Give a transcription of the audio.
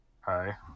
Hi